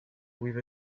with